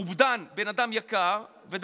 אובדן בן אדם יקר, ב.